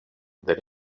that